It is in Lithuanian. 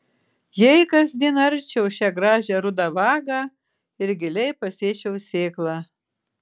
jei kasdien arčiau šią gražią rudą vagą ir giliai pasėčiau sėklą